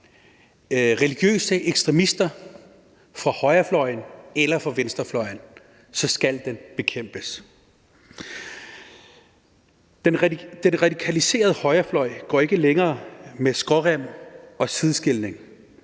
religiøse ekstremister, fra højrefløjen eller fra venstrefløjen, så skal den bekæmpes. Den radikaliserede højrefløj går ikke længere med skrårem og sideskilning.